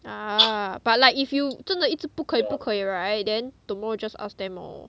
ah but like if you 真的一直不可以不可以 right then tomorrow you just ask them lor